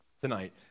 tonight